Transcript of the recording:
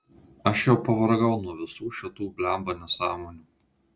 aš jau pavargau nuo visų šitų blemba nesąmonių